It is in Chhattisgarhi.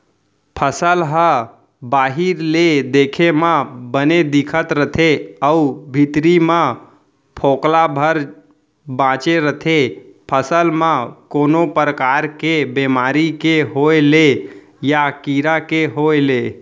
फसल ह बाहिर ले देखे म बने दिखत रथे अउ भीतरी म फोकला भर बांचे रथे फसल म कोनो परकार के बेमारी के होय ले या कीरा के होय ले